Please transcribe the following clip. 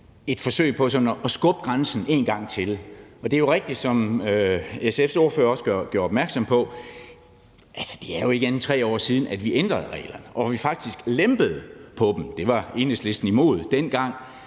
et forsøg på sådan at skubbe grænsen en gang til. Det er jo rigtigt, som SF's ordfører også gjorde opmærksom på, at det ikke er mere end 3 år siden, at vi ændrede reglerne, og hvor vi faktisk lempede på dem. Det var Enhedslisten imod dengang,